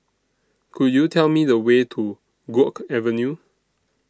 Could YOU Tell Me The Way to Guok Avenue